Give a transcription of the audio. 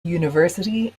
university